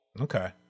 Okay